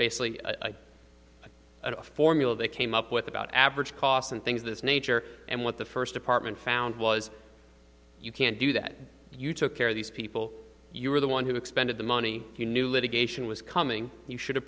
basically a formula they came up with about average costs and things of this nature and what the first department found was you can't do that you took care of these people you were the one who expended the money you knew litigation was coming you should